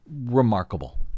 remarkable